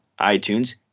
iTunes